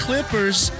Clippers